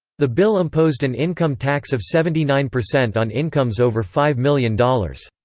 the bill imposed an income tax of seventy nine percent on incomes over five million dollars.